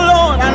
Lord